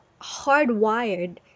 hardwired